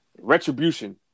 Retribution